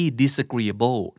disagreeable